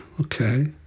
Okay